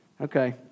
Okay